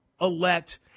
elect